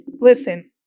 Listen